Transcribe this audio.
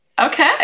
Okay